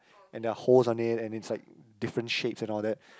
and there are holes on it and it's like different shapes and all that